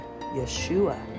Yeshua